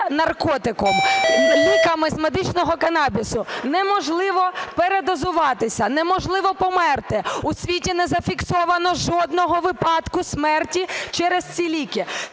наркотиком. Ліками з медичного канабісу неможливо передозуватися, неможливо померти. У світі не зафіксовано жодного випадку смерті через ці ліки.